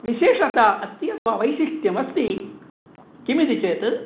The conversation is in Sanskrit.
विशेषता अस्ति अथवा वैशिष्ट्यमस्ति किमिति चेत्